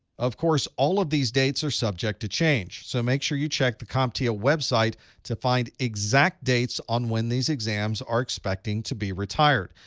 of course, all of these dates are subject to change. so make sure you check the comptia website to find exact dates on when these exams are expecting to be retired.